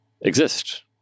exist